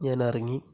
ഞാനിറങ്ങി